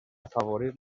afavorir